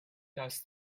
does